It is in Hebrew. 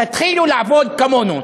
תתחילו לעבוד כמונו.